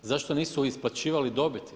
Zašto nisu isplaćivali dobiti?